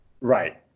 right